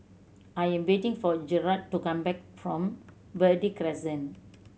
I am waiting for Jerrad to come back from Verde Crescent